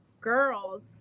girls